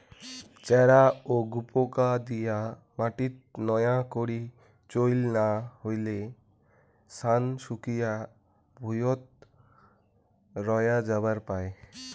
চ্যারা ও গুপোকা দিয়া মাটিত নয়া করি চইল না হইলে, ছান শুকিয়া ভুঁইয়ত রয়া যাবার পায়